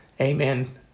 amen